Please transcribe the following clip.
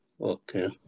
Okay